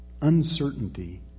uncertainty